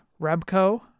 Remco